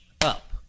up